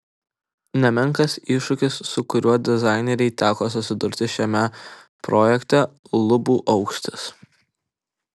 nemenkas iššūkis su kuriuo dizainerei teko susidurti šiame projekte lubų aukštis